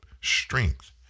strength